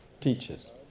teachers